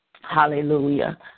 hallelujah